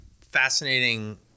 fascinating